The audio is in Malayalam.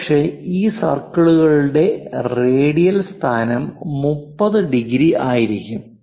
ഒരുപക്ഷേ ഈ സർക്കിളുകളുടെ റേഡിയൽ സ്ഥാനം 30 ഡിഗ്രി ആയിരിക്കും